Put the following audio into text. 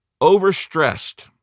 overstressed